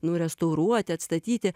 nu restauruoti atstatyti